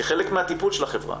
כחלק מהטיפול של החברה,